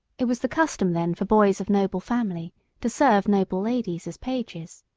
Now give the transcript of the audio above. it was the custom then for boys of noble family to serve noble ladies as pages.